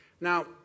Now